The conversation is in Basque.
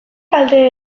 kalte